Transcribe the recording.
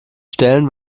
stellen